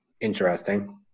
interesting